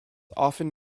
often